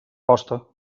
costa